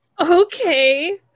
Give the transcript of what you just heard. Okay